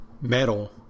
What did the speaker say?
metal